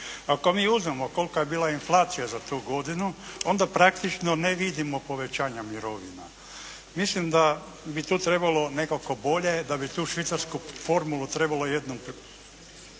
Ako mi uzmemo kolika je bila inflacija za tu godinu onda praktično ne vidimo povećanja mirovina. Mislim da bi tu trebalo nekako bolje, da bi tu švicarsku formulu trebalo jednom prekinuti